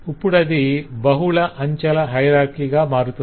ఇప్పుడది బహుళ అంచెల హయరార్కిగా మారుతుంది